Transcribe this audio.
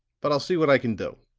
but i'll see what i can do.